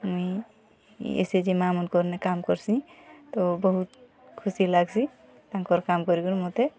ମୁଇଁ S H G ମା'ମାନକର୍ନିକେ କାମ୍ କର୍ସି ତ ବହୁତ୍ ଖୁସି ଲାଗ୍ସି ତାଙ୍କର୍ କାମ୍ କରି କରି ମୋତେ